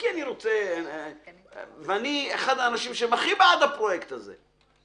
ואני אחד האנשים שהם הכי בעד הפרויקט הזה.